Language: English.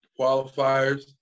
qualifiers